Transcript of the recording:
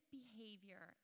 behavior